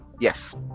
Yes